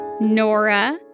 Nora